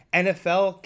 nfl